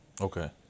Okay